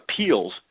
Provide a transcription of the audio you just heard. appeals